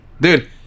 dude